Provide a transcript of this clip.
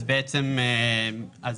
זה